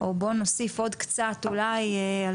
או בואי נוסיף קצת בתיכוניים